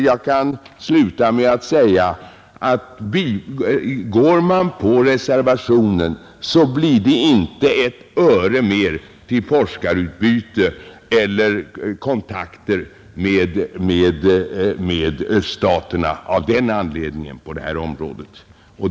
Jag kan sluta med att säga att röstar man för reservationen, så blir det ändå inte av den anledningen ett öre mer till forskarutbyte eller andra kontakter med öststaterna på detta område.